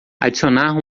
adicionar